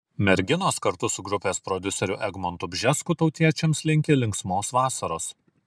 merginos kartu su grupės prodiuseriu egmontu bžesku tautiečiams linki linksmos vasaros